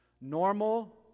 Normal